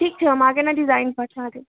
ठीक छै हम अहाँकेँ ने डिजाइन पठा देब